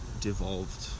devolved